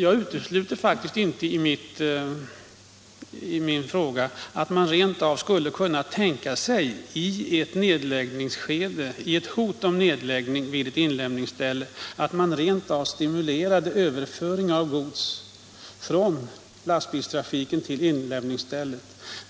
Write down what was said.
Jag utesluter faktiskt inte i min interpellation att man rent av skulle kunna tänka sig, vid hot om nedläggning av till inlämningsstället.